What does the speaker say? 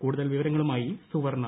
കൂടുതൽ വിവരങ്ങളുമായി സുവർണ